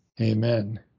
Amen